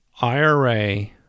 IRA